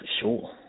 sure